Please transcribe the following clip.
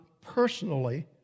personally